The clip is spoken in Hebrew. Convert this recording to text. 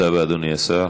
תודה רבה, אדוני השר.